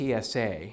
TSA